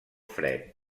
fred